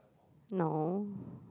no